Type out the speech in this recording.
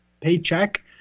paycheck